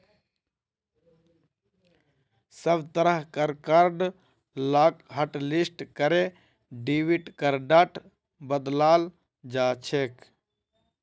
सब तरह कार कार्ड लाक हाटलिस्ट करे डेबिट कार्डत बदलाल जाछेक